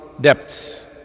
depths